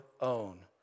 own